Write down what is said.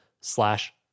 slash